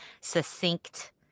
succinct